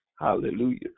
Hallelujah